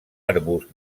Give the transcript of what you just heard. arbust